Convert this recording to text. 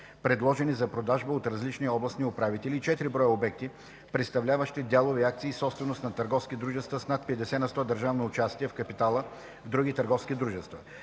предложени за продажба от различни областни управители, и 4 броя обекти, представляващи дялове/акции, собственост на търговски дружества с над 50 на сто държавно участие в капитала в други търговски дружества.